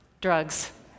drugs